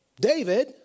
David